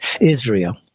Israel